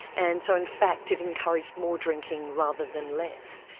and so in fact it encouraged more drinking rather than less.